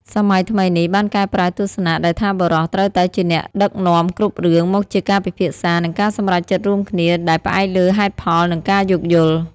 សម័យថ្មីនេះបានកែប្រែទស្សនៈដែលថាបុរសត្រូវតែជាអ្នកដឹកនាំគ្រប់រឿង មកជាការពិភាក្សា និងការសម្រេចចិត្តរួមគ្នាដែលផ្អែកលើហេតុផល និងការយោគយល់។